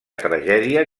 tragèdia